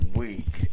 week